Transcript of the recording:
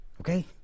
Okay